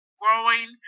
growing